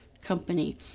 company